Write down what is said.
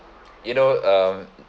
you know um